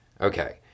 Okay